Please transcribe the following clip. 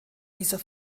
dieser